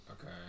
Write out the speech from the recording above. Okay